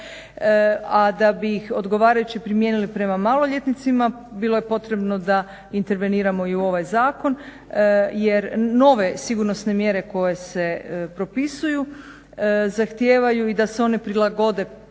a da bi ih odgovarajuće primijenili prema maloljetnicima bilo je potrebno da interveniramo i u ovaj zakon jer nove sigurnosne mjere koje se propisuju zahtijevaju da se one prilagode u primjeni